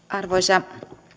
arvoisa